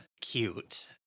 cute